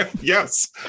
Yes